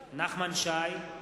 שי,